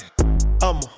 I'ma